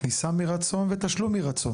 תפיסה מרצון ותשלום מרצון.